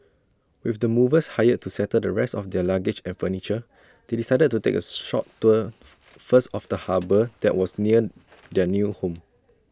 with the movers hired to settle the rest of their luggage and furniture they decided to take A short tour first of the harbour that was near their new home